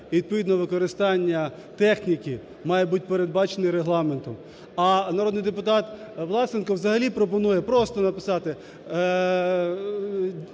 і, відповідно, використання техніки має бути передбачено Регламентом. А народний депутат Власенко взагалі пропонує просто написати: